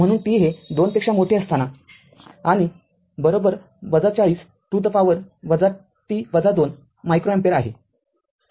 म्हणून t हे २ पेक्षा मोठे असताना आणि ४० to the power t २ micro ampere आहे